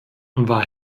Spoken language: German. war